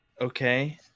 Okay